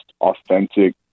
authentic